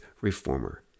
reformer